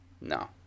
No